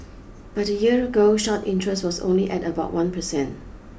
but a year ago short interest was only at about one percent